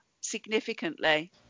significantly